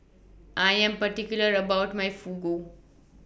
I Am particular about My Fugu